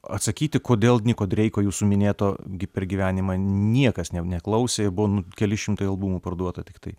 atsakyti kodėl niko dreiko jūsų minėto gi per gyvenimą niekas ne neklausė buvo nu keli šimtai albumų parduota tiktai